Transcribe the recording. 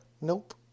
nope